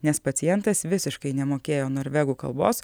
nes pacientas visiškai nemokėjo norvegų kalbos